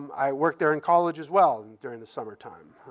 i worked there in college, as well, and during the summertime.